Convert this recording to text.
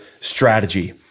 strategy